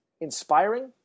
inspiring